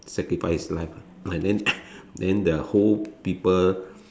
sacrifice his life and then then the whole people